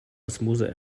osmose